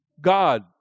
God